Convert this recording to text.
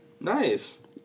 Nice